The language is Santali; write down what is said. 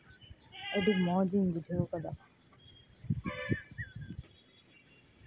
ᱟᱹᱰᱤ ᱢᱚᱡᱤᱧ ᱵᱩᱡᱷᱟᱹᱣ ᱠᱟᱫᱟ